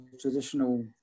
traditional